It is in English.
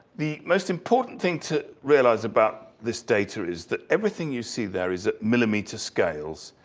the most important thing to realize about this data is that everything you see there is at millimeter scales.